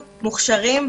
מוכשרים,